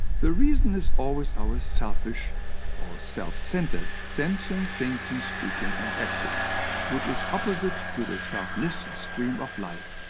the reason is always our selfish or self-centered sensing, thinking, speaking and acting which is opposite to the selfless stream of life,